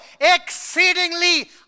Exceedingly